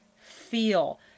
feel